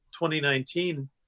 2019